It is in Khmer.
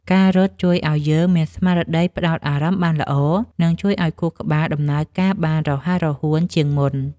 ការរត់ជួយឱ្យយើងមានស្មារតីផ្ដោតអារម្មណ៍បានល្អ និងជួយឱ្យខួរក្បាលដំណើរការបានរហ័សរហួនជាងមុន។